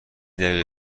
دقیقه